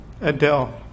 Adele